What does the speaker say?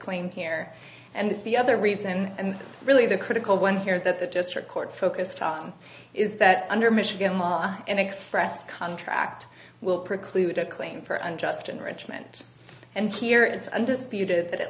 claim here and the other reason and really the critical one here is that the district court focused on is that under michigan law and express contract will preclude a claim for unjust enrichment and here it's und